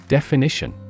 Definition